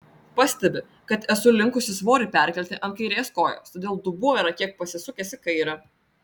pastebi kad esu linkusi svorį perkelti ant kairės kojos todėl dubuo yra kiek pasisukęs į kairę